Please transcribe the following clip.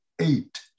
eight